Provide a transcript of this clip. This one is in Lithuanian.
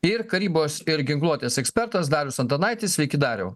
ir karybos ir ginkluotės ekspertas darius antanaitis sveiki dariau